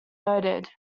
noted